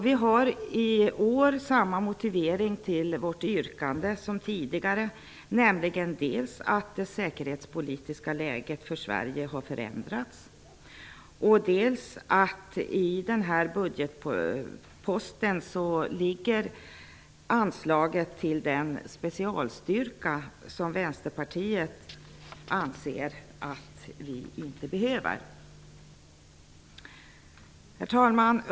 Vi har i år samma motivering till vårt yrkande som tidigare, nämligen dels att det säkerhetspolitiska läget för Sverige har förändrats, dels att det i denna budgetpost ligger anslaget till den specialstyrka som Vänsterpartiet anser att vi inte behöver. Herr talman!